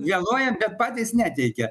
jie loja bet patys neteikia